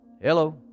Hello